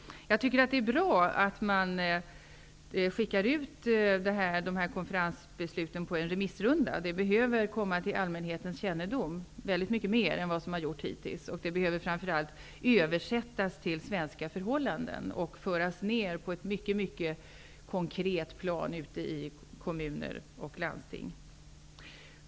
Det är bra att man skickar ut konferensbesluten på en remissrunda. De behöver komma till allmänhetens kännedom mycket mer än vad som hittills har skett. Besluten behöver framför allt översättas till svenska förhållanden och föras ned på ett mycket konkret plan ute i kommuner och landsting.